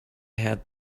have